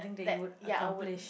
that I would